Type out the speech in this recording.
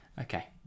Okay